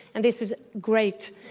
and this is great.